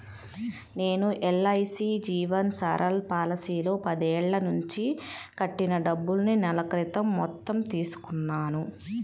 నేను ఎల్.ఐ.సీ జీవన్ సరల్ పాలసీలో పదేళ్ళ నుంచి కట్టిన డబ్బుల్ని నెల క్రితం మొత్తం తీసుకున్నాను